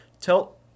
tell